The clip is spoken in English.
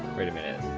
wait a minute